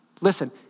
Listen